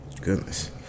goodness